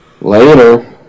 Later